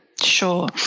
Sure